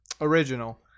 original